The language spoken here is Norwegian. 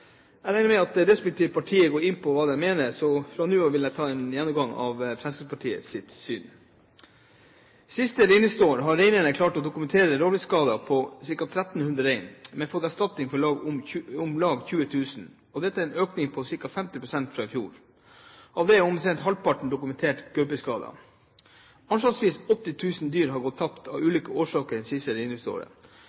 Jeg regner med at de respektive partier går inn på hva de mener, så fra nå av vil jeg ta en gjennomgang av Fremskrittspartiets syn. Siste reindriftsår har reineierne klart å dokumentere rovviltskade på ca. 1 300 rein, men fått erstatning for om lag 20 000, og dette er en økning på ca. 50 pst. fra i fjor. Av dette er omtrent halvparten dokumenterte gaupeskader. Anslagsvis 80 000 dyr har gått tapt av